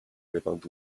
without